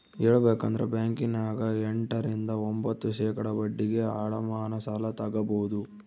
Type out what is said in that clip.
ಹೇಳಬೇಕಂದ್ರ ಬ್ಯಾಂಕಿನ್ಯಗ ಎಂಟ ರಿಂದ ಒಂಭತ್ತು ಶೇಖಡಾ ಬಡ್ಡಿಗೆ ಅಡಮಾನ ಸಾಲ ತಗಬೊದು